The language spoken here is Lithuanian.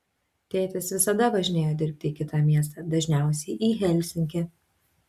tėtis visada važinėjo dirbti į kitą miestą dažniausiai į helsinkį